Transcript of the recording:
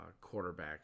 quarterback